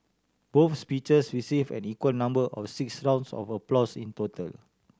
both speeches receive an equal number of six rounds of applause in total